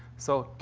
so,